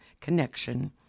connection